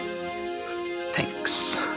Thanks